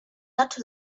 not